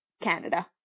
Canada